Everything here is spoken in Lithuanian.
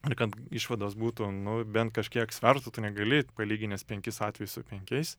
ir kad išvados būtų nu bent kažkiek svertų tu negali palyginęs penkis atvejus su penkiais